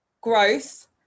growth